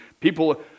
people